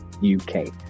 U-K